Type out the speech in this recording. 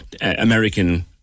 American